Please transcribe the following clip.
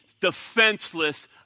defenseless